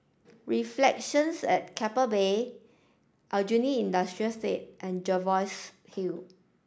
Reflections at Keppel Bay Aljunied Industrial State and Jervois Hill